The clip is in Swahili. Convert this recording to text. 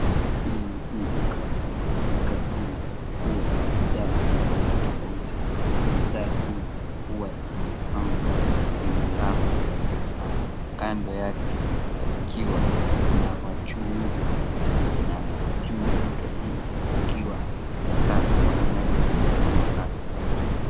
Hili ni duka kubwa duka hili huwa na bidhaa tofauti tofauti bidhaa hizi huwa zimepangwa kwenye rafu na kando yake kukiwa na wachuuzi na juu ya duka hili kukiwa na taa kwa menajili ya mwangaza.